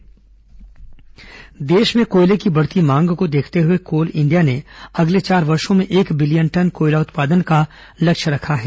SECL उपलब्धि देश में कोयले की बढ़ती मांग को देखते हुए कोल इंडिया ने अगले चार वर्षो में एक बिलियन टन कोयला उत्पादन का लक्ष्य रखा है